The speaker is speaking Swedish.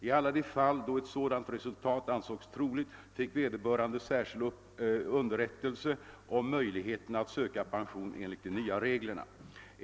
I alla de fall då ett sådant resultat ansågs troligt fick vederbörande särskild underrättelse om möjligheten att söka pension enligt de nya reglerna.